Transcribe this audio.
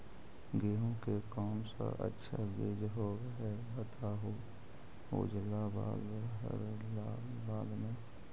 गेहूं के कौन सा अच्छा बीज होव है बताहू, उजला बाल हरलाल बाल में?